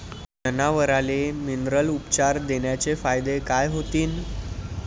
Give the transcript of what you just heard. जनावराले मिनरल उपचार देण्याचे फायदे काय होतीन?